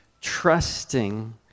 trusting